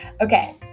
Okay